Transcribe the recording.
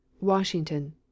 Washington